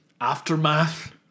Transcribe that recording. Aftermath